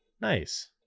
Nice